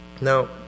Now